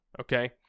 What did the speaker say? Okay